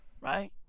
Right